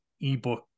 ebook